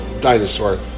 dinosaur